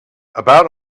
about